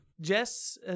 Jess